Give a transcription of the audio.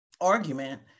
argument